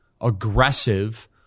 aggressive